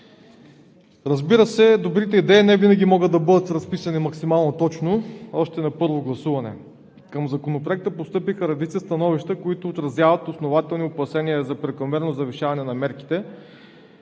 Разбира се, добрите идеи невинаги могат да бъдат разписани максимално точно още на първо гласуване. Към Законопроекта постъпиха редица становища, които отразяват основателни опасения за прекомерно завишаване на мерките,